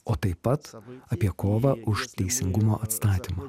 o taip pat apie kovą už teisingumo atstatymą